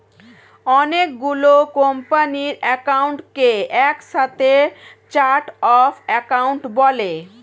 অনেক গুলো কোম্পানির অ্যাকাউন্টকে একসাথে চার্ট অফ অ্যাকাউন্ট বলে